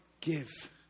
give